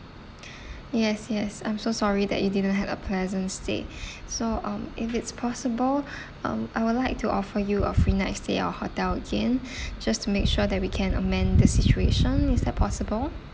yes yes I'm so sorry that you didn't had a pleasant stay so um if it's possible um I would like to offer you a free night stay at our hotel again just to make sure that we can amend the situation is that possible